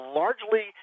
largely